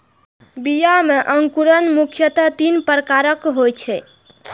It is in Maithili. बीया मे अंकुरण मुख्यतः तीन प्रकारक होइ छै